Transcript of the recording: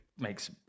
makes